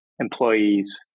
employees